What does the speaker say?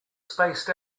spaced